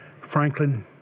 Franklin